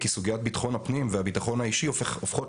כי סוגיית ביטחון הפנים והביטחון האישי הופכות